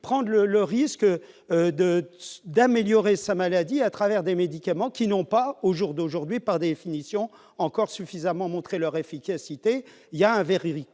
prendre le le risque de d'améliorer sa maladie à travers des médicaments qui n'ont pas au jour d'aujourd'hui, par définition encore suffisamment montré leur efficacité, il y a un véritable